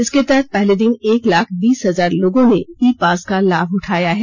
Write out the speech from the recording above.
इसके तहत पहले दिन एक लाख बीस हजार लोगों ने ई पास का लाभ उठाया है